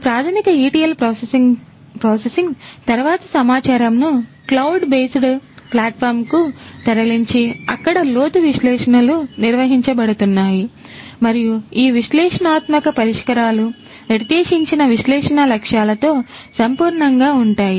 ఈ ప్రాధమిక etl processing తర్వాత సమాచారం ను క్లౌడ్ బేస్డ్కు తరలించి అక్కడ లోతు విశ్లేషణలు నిర్వహించబడుతున్నాయి మరియు ఈ విశ్లేషణాత్మక పరిష్కారాలు నిర్దేశించిన విశ్లేషణ లక్ష్యాలతో సంపూర్ణంగా ఉంటాయి